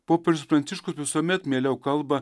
popiežius pranciškus visuomet mieliau kalba